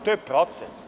To je proces.